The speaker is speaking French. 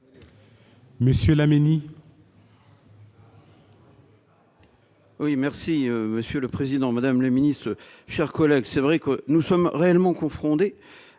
Monsieur Laménie,